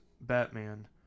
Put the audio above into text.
Batman